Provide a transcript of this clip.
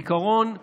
בעיקרון יש,